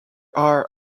are